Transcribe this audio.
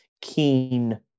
keen